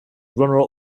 runner